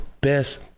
best